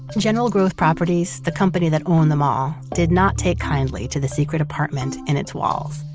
general growth properties, the company that owned the mall, did not take kindly to the secret apartment in its walls.